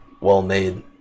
well-made